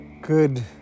good